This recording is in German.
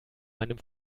meinem